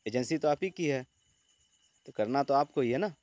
agency تو آپ ہی کی ہے تو کرنا تو آپ کو ہی ہے نا